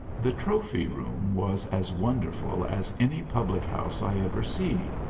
the trophy-room was as wonderful as any public house i ever see.